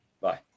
Bye